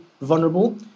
vulnerable